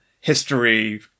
history